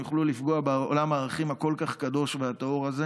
הם יוכלו לפגוע בעולם הערכים הכל-כך קדוש והטהור הזה.